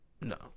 No